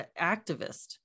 activist